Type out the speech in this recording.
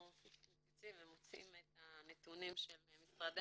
אנחנו מציצים ומוצאים את הנתונים שלמשרדי